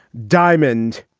diamond,